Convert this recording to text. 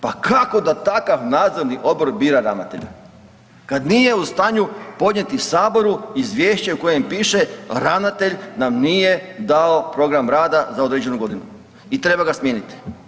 Pa kako da takav nadzorni odbor bira ravnatelja kad nije u stanju podnijeti saboru izvješće u kojem piše ravnatelj nam nije dao program rada za određenu godinu i treba ga smijeniti.